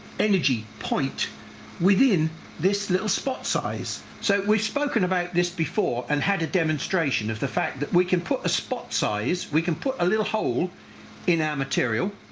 energy point within this little spot size. so, we've spoken about this before and had a demonstration of the fact that we can put a spot size, we can put a little hole in our material,